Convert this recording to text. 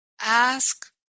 Ask